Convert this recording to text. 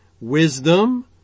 Wisdom